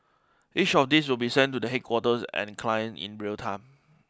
each of these will be sent to the headquarters and clients in real time